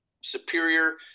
Superior